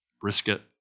brisket